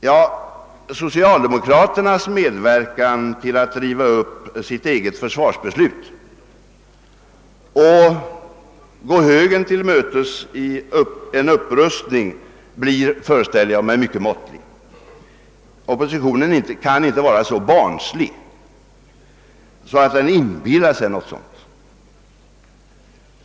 Ja, socialdemokraternas medverkan till att riva upp sitt eget försvarsbeslut och gå högern till mötes i en upprustning blir — föreställer jag mig — mycket måttlig. Oppositionen kan inte vara så barnslig att den inbillar sig något annat.